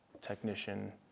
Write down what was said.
technician